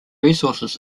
resources